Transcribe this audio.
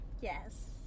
yes